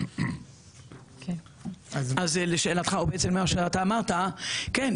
אז לשאלתך כן,